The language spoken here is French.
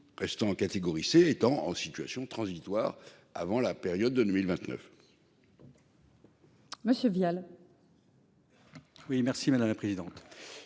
restant catégorie étant en situation transitoire avant la période de 2029.